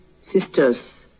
sisters